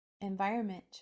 environment